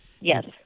Yes